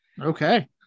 Okay